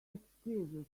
exquisite